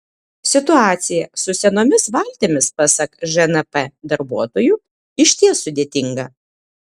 situacija su senomis valtimis pasak žnp darbuotojų išties sudėtinga